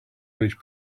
which